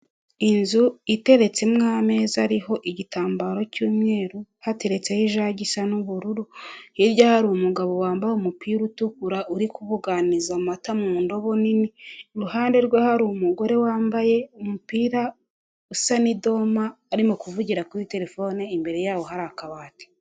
Izu iteretsemo ameza ariho igitambaro cy'umweru, hateretseho ijage isa n'ubururu, hirya hari umugabo wambaye umupira, utukura uri kubuganiza amata mu ndobo nini, iruhande rwe hari umugore wambaye umupira usa n'idoma arimo kuvugira kuri terefone, imbere yaho hari akabati.